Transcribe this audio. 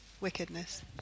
wickedness